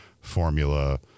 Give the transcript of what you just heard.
formula